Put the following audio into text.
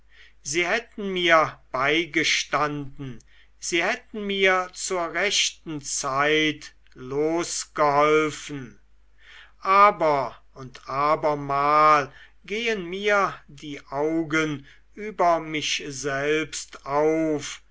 sie hätten mir beigestanden sie hätten mir zur rechten zeit losgeholfen aber und abermal gehen mir die augen über mich selbst auf